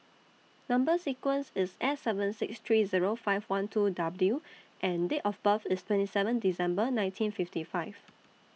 Number sequence IS S seven six three Zero five one two W and Date of birth IS twenty seven December nineteen fifty five